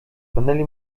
stanęli